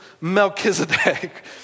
Melchizedek